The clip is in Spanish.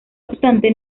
obstante